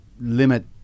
limit